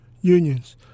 unions